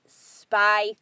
spy